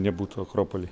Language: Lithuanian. nebūtų akropoly